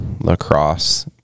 lacrosse